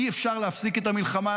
אי-אפשר להפסיק את המלחמה.